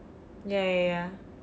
ya ya ya